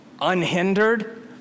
unhindered